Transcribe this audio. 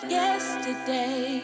yesterday